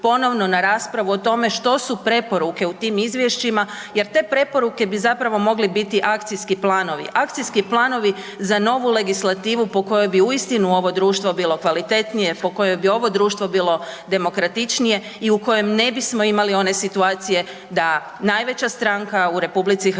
na raspravu o tome što su preporuke u tim izvješćima jer te preporuke bi zapravo mogli biti akcijski planovi. Akcijski planovi za novu legislativu po kojoj bi uistinu ovo društvo bilo kvalitetnije, po kojoj bi ovo društvo bilo demokratičnije i u kojem ne bismo imali one situacije da najveća stranka u RH plaća